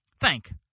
thank